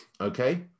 okay